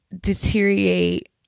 deteriorate